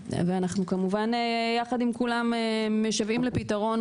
ואנחנו כמובן יחד עם כולם משוועים לפתרון,